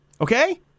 Okay